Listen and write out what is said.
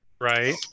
Right